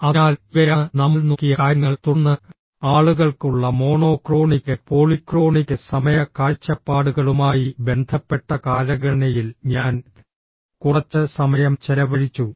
അതിനാൽ ഇവയാണ് നമ്മൾ നോക്കിയ കാര്യങ്ങൾ തുടർന്ന് ആളുകൾക്ക് ഉള്ള മോണോക്രോണിക് പോളിക്രോണിക് സമയ കാഴ്ചപ്പാടുകളുമായി ബന്ധപ്പെട്ട കാലഗണനയിൽ ഞാൻ കുറച്ച് സമയം ചെലവഴിച്ചു